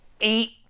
eight